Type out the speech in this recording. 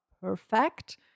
perfect